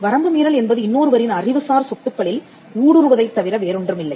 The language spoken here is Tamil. வரம்பு மீறல் என்பது இன்னொருவரின் அறிவுசார் சொத்துக்களில் ஊடுருவுவதை தவிர வேறொன்றுமில்லை